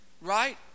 right